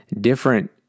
different